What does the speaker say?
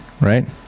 right